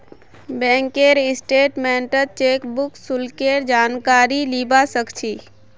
बैंकेर स्टेटमेन्टत चेकबुक शुल्केर जानकारी लीबा सक छी